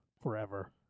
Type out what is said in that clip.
forever